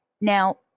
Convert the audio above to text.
Now